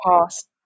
past